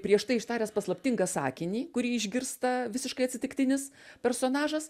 prieš tai ištaręs paslaptingą sakinį kurį išgirsta visiškai atsitiktinis personažas